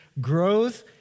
growth